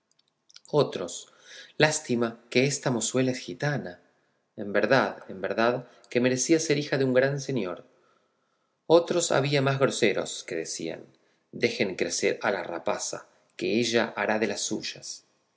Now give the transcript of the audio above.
otros lástima es que esta mozuela sea gitana en verdad en verdad que merecía ser hija de un gran señor otros había más groseros que decían dejen crecer a la rapaza que ella hará de las suyas